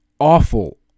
Awful